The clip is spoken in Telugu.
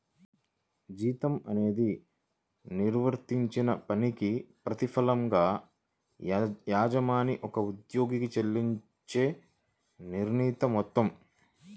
జీతం అనేది నిర్వర్తించిన పనికి ప్రతిఫలంగా యజమాని ఒక ఉద్యోగికి చెల్లించే నిర్ణీత మొత్తం